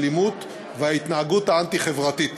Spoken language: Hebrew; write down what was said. האלימות וההתנהגות האנטי-חברתית.